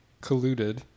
colluded